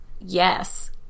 Yes